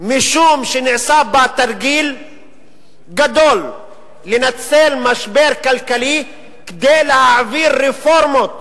משום שנעשה בה תרגיל גדול לנצל משבר כלכלי כדי להעביר רפורמות